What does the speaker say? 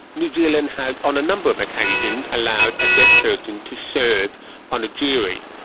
new zealand has on a number of occasions allowed a deaf person to serve on a jury.